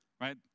right